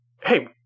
hey